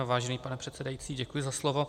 Vážený pane předsedající, děkuji za slovo.